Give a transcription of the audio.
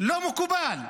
לא מקובל.